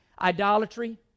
Idolatry